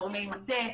גורמי מטה,